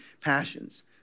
passions